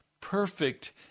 perfect